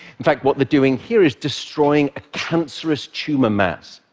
in fact, what they're doing here is destroying a cancerous tumor mass.